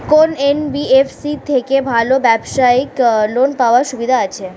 কোন এন.বি.এফ.সি থেকে ভালো ব্যবসায়িক লোন পাওয়ার সুবিধা আছে?